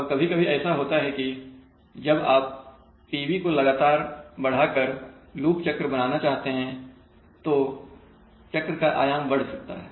अब कभी कभी ऐसा होता है कि जब आप PB को लगातार बढ़ाकर लुप चक्र बनाना चाहते हैं तो चक्र का आयाम बढ़ सकता है